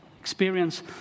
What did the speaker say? experience